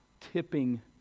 tipping